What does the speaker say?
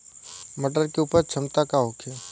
मटर के उपज क्षमता का होखे?